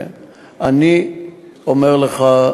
אני אומר לך,